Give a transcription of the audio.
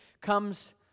comes